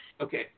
Okay